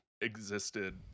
existed